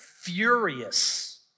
furious